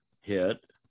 hit